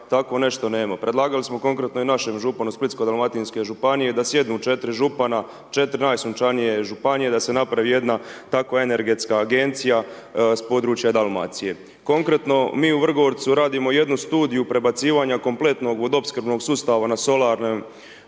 tako nešto nema. Predlagali smo konkretno i našem županu Splitsko-dalmatinske županije da sjednu 4 župana, 4 najsunčanije županije, da se napravi jedna takva energetska agencija s područja Dalmacije. Konkretno mi u Vrgorcu radimo jednu studiju prebacivanja kompletnog vodoopskrbnog sustava na solarne